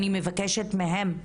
אני מבקשת מהם,